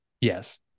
yes